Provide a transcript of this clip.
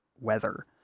weather